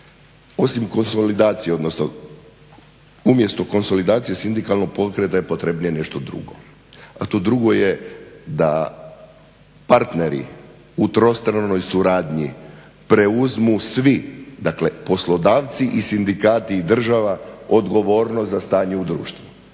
osim konsolidacije, odnosno umjesto konsolidacije sindikalnog pokreta je potrebnije nešto drugo, a to drugo je da partneri u trostranoj suradnji preuzmu svi, dakle poslodavci i sindikati i država odgovornost za stanje u društvu.